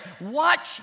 Watch